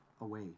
away